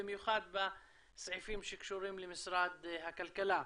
במיוחד בסעיפים שקשורים למשרד הכלכלה.